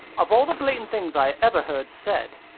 of all the blatant things i ever heard said!